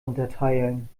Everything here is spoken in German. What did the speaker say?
unterteilen